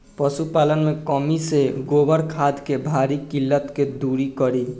पशुपालन मे कमी से गोबर खाद के भारी किल्लत के दुरी करी?